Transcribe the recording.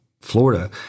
Florida